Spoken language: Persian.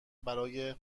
برای